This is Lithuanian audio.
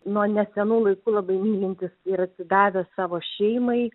nuo nesenų laikų labai mylintis ir atsidavęs savo šeimai